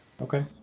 Okay